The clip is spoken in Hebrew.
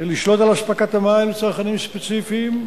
לשלוט על אספקת המים לצרכנים ספציפיים,